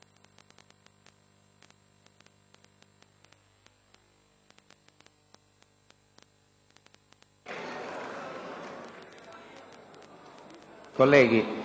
Colleghi,